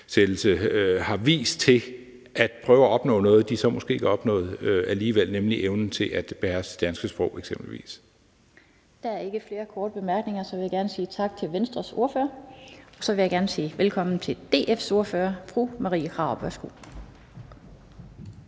har vist, til at opnå noget, de så måske ikke har opnået alligevel, nemlig evnen til eksempelvis at beherske det danske sprog. Kl. 16:55 Den fg. formand (Annette Lind): Der er ikke flere korte bemærkninger, så jeg vil gerne sige tak til Venstres ordfører. Så vil jeg sige velkommen til DF's ordfører, fru Marie Krarup. Værsgo.